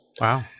Wow